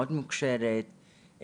מאוד מוכשרת,